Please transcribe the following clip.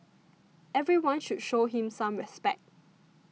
everyone should show him some respect